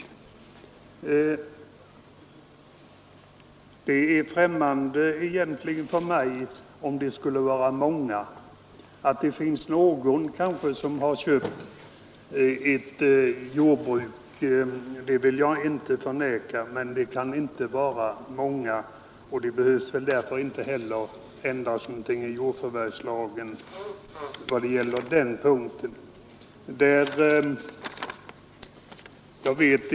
Att antalet sådana jordbruksförvärvare skulle vara särskilt stort är emellertid för mig en främmande tanke. Det finns kanske en och annan som köper jordbruk utan att vara jordbrukare i egentlig mening, det vill jag inte förneka. Men deras antal kan inte vara stort. Och därför behöver man inte heller ändra någonting i jordförvärvslagen på den punkten.